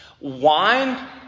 Wine